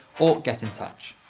or get in touch.